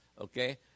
Okay